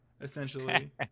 essentially